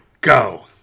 go